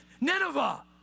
Nineveh